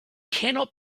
cannot